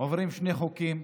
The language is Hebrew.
עוברים שני חוקים,